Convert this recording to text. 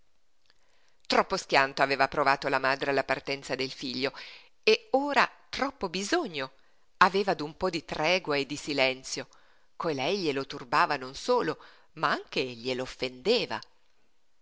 troppo schianto aveva provato la madre alla partenza del figlio e ora troppo bisogno aveva d'un po di tregua e di silenzio colei glielo turbava non solo ma anche gliel'offendeva